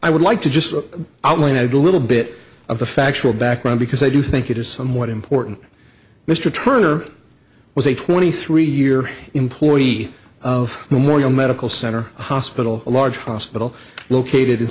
i would like to just outline a little bit of the factual background because i do think it is somewhat important mr turner was a twenty three year employee of memorial medical center hospital a large hospital located in